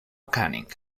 caning